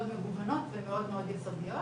מגוונות ומאוד מאוד יסודיות.